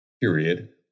period